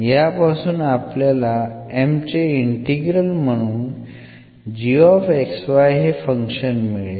यापासून आपल्याला M चे इंटिग्रल म्हणून gxy हे फंक्शन मिळेल